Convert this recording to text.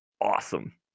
awesome